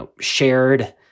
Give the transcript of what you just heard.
shared